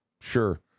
Sure